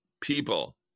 people